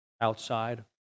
Outside